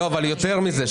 יותר מזה.